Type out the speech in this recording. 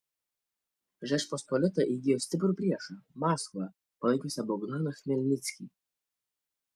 žečpospolita įgijo stiprų priešą maskvą palaikiusią bogdaną chmelnickį